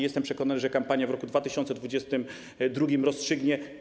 Jestem przekonany, że kampania w roku 2022 to rozstrzygnie.